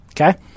Okay